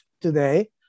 today